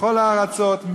בכל הארצות,